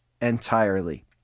entirely